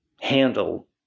handle